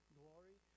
glory